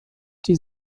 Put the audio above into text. die